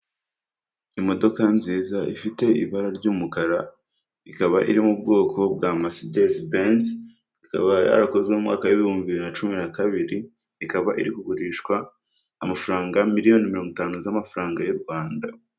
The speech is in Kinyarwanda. Imodoka nziza ifite ibara ry'umukara ikaba iri mu bwoko bwa masedezi benzi, ikaba yarakozwe mu mwaka w'ibihumbi bibiri na cumi na kabiri. Ikaba irigurishwa amafaranga miliyoni mirongo itanu z'amafaranga y'u Rwanda.